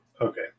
Okay